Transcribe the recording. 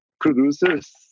producers